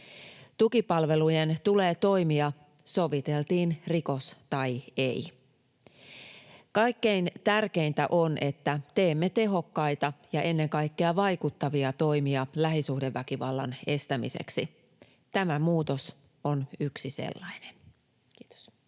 Tukipalvelujen tulee toimia, soviteltiin rikos tai ei. Kaikkein tärkeintä on, että teemme tehokkaita ja ennen kaikkea vaikuttavia toimia lähisuhdeväkivallan estämiseksi. Tämä muutos on yksi sellainen. — Kiitos.